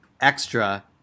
extra